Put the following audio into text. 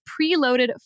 preloaded